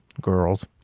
girls